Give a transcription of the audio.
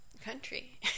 country